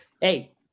Hey